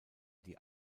die